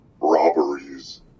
robberies